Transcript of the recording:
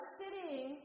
sitting